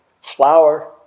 flour